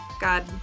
God